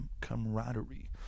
camaraderie